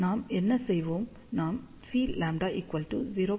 நாம் என்ன செய்வோம் நாம் Cλ 0